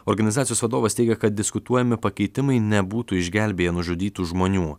organizacijos vadovas teigia kad diskutuojami pakeitimai nebūtų išgelbėję nužudytų žmonių